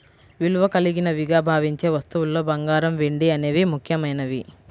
విలువ కలిగినవిగా భావించే వస్తువుల్లో బంగారం, వెండి అనేవి ముఖ్యమైనవి